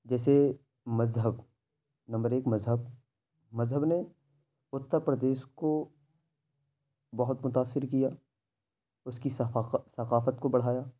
جیسے مذہب نمبر ایک مذہب مذہب نے اُتّرپردیش کو بہت متاثر کیا اس کی ثقافت کو بڑھایا